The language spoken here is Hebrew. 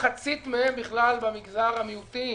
מחצית מהם בכלל במגזר המיעוטים,